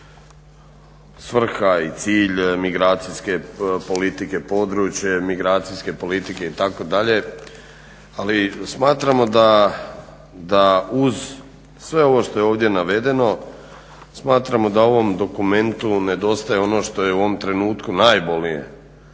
svrhe i cilj migracijske politike, područje migracijske politike itd ali smatramo da uz sve ovo što je ovdje navedeno, smatramo da ovom dokumentu nedostaje ono što je u ovom trenutku najbolnije